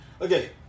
Okay